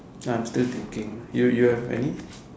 I'm still thinking you you have any